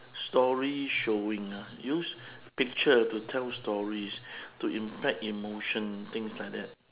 story showing ah use picture to tell stories to impact emotion things like that